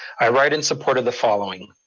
i write in support of the following,